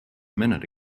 minute